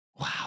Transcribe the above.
Wow